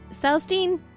Celestine